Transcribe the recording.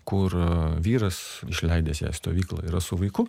kur vyras išleidęs ją į stovyklą yra su vaiku